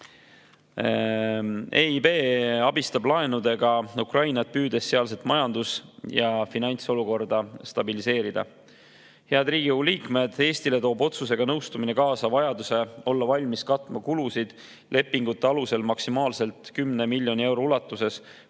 EIB abistab laenudega Ukrainat, püüdes sealset majandus‑ ja finantsolukorda stabiliseerida. Head Riigikogu liikmed! Eestile toob otsusega nõustumine kaasa vajaduse olla valmis katma lepingute alusel kulusid maksimaalselt 10 miljoni euro ulatuses